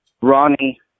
Ronnie